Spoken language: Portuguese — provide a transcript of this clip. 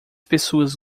pessoas